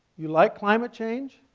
you like climate change?